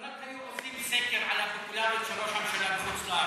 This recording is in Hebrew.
כנראה הם עושים סקר על הפופולריות של ראש הממשלה בחוץ-לארץ.